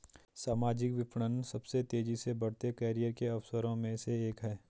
सामाजिक विपणन सबसे तेजी से बढ़ते करियर के अवसरों में से एक है